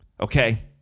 okay